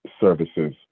services